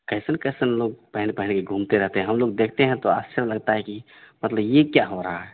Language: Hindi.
कैसन कैसन लोग पहन पहनकर घूमते रहते हैं हम लोग देखते है तो आश्चर्य लगता है की मतलब यह क्या हो रहा है